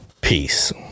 Peace